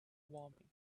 warming